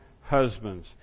husbands